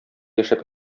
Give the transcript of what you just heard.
яшәп